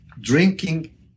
drinking